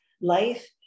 life